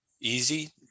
easy